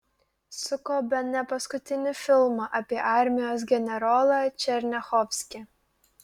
suko bene paskutinį filmą apie armijos generolą černiachovskį